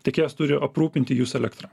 tiekėjas turi aprūpinti jus elektra